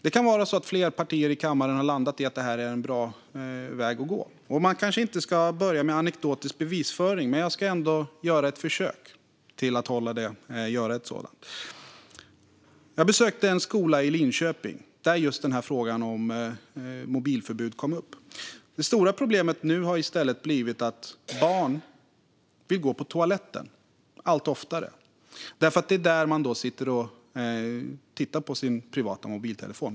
Det kan vara så att fler partier i kammaren har landat i att det här är en bra väg att gå. Man ska kanske inte börja med anekdotisk bevisföring. Men jag ska ändå göra ett försök. Jag har besökt en skola i Linköping, och just mobilförbud kom upp. Det stora problemet har nu blivit att barn vill gå på toaletten allt oftare. Det är nämligen där de sitter och tittar på sin privata mobiltelefon.